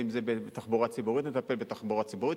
ואם זה בתחבורה ציבורית נטפל בתחבורה ציבורית,